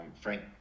Frank